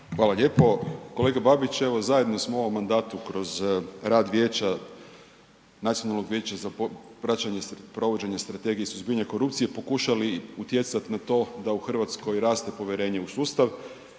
Hvala lijepo. Kolega Babić evo zajedno smo u ovom mandatu kroz rad Nacionalnog vijeća za praćenje provođenja Strategije suzbijanja korupcije pokušali utjecat na to da u Hrvatskoj raste povjerenje u sustav,